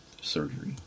surgery